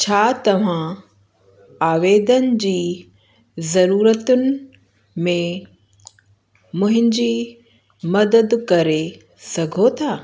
छा तव्हां आवेदन जी ज़रूरतुनि में मुंहिंजी मदद करे सघो था